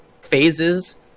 phases